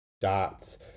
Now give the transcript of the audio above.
Dots